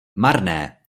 marné